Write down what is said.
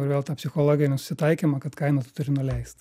ir vėl tą psichologinį susitaikymą kad kainą tu turi nuleist